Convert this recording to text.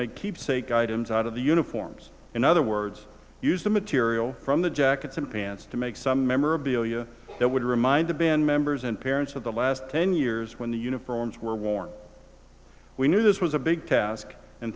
make keepsake items out of the uniforms in other words use the material from the jackets and pants to make some memorabilia that would remind the been members and parents of the last ten years when the uniforms were worn we knew this was a big task and